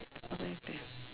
company pay